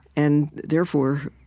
and therefore,